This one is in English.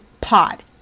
POD